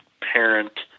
parent